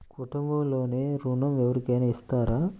కుటుంబంలో ఋణం ఎవరికైనా ఇస్తారా?